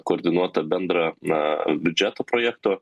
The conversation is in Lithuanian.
koordinuotą bendrą na biudžeto projekto